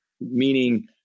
meaning